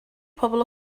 pobl